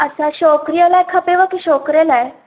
अच्छा छोकिरीअ लाइ खपेव की छोकिरे लाइ